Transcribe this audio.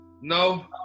No